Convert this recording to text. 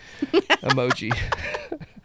Emoji